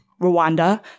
Rwanda